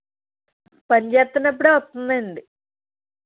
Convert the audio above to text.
పని చేస్తున్నప్పుడు వస్తుంది అండి